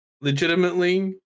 legitimately